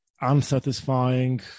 unsatisfying